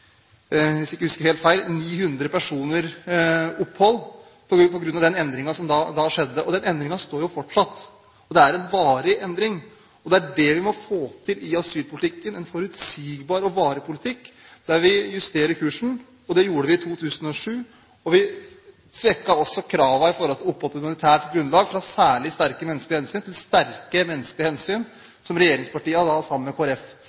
hvis jeg ikke husker helt feil – 900 personer opphold. Og den endringen står fortsatt. Det er en varig endring, og det er det vi må få til i asylpolitikken – en forutsigbar og varig politikk, der vi justerer kursen. Det gjorde vi i 2007, og vi, regjeringspartiene sammen med Kristelig Folkeparti og Venstre, svekket også kravene til opphold på humanitært grunnlag fra «særlig sterke menneskelige hensyn» til «sterke menneskelige hensyn». Jeg er veldig fornøyd med